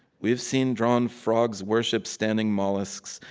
we've seen drawn frogs, worship standing mollusks,